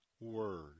word